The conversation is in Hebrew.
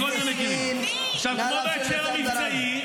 חברת הכנסת פרידמן, נא לאפשר לסיים את דבריו.